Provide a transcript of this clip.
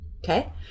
Okay